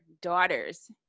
daughters